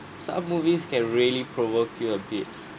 some movies can really provoke you a bit